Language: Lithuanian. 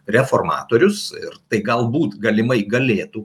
reformatorius ir tai galbūt galimai galėtų